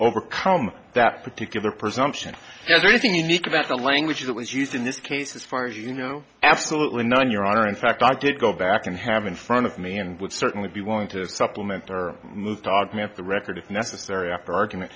overcome that particular presumption there's anything unique about the language that was used in this case as far as you know absolutely none your honor in fact i did go back and have in front of me and would certainly be willing to supplement or move to augment the record if necessary after argument